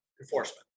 enforcement